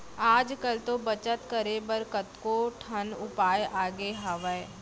आज कल तो बचत करे बर कतको ठन उपाय आगे हावय